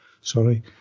sorry